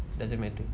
doesn't matter